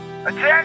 Attention